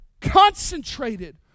concentrated